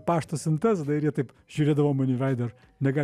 pašto siuntas dar jie taip žiūrėdavo man į veidą ir negali